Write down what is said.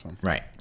Right